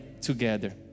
together